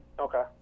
Okay